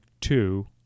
two